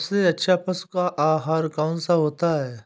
सबसे अच्छा पशुओं का आहार कौन सा होता है?